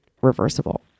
reversible